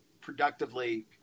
productively